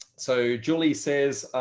so julie says,